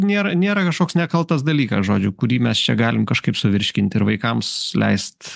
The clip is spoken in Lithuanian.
nėra nėra kažkoks nekaltas dalykas žodžiu kurį mes čia galim kažkaip suvirškinti ir vaikams leist